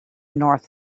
north